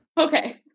Okay